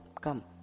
come